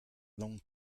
long